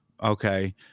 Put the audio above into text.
Okay